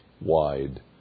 wide